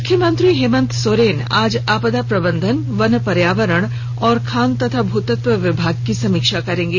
मुख्यमंत्री हेमंत सोरेन आज आपदा प्रबंधन वन पर्यावरण और खान एवं भूतत्व विभाग की समीक्षा करेंगे